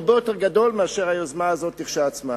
דבר הרבה יותר גדול מהיוזמה הזאת כשלעצמה.